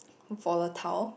volatile